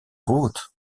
goed